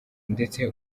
ndetse